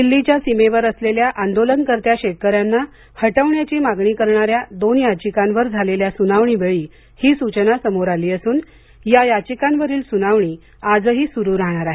दिल्लीच्या सीमेवर असलेल्या आंदोलनकर्त्या शेतकऱ्यांना हटवण्याची मागणी करणाऱ्या दोन याचिकांवर झालेल्या सुनावणीवेळी ही सूचना समोर आली असून या याचिकांवरील सुनावणी आजही सुरू राहणार आहे